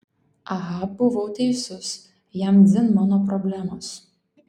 aha buvau teisus jam dzin mano problemos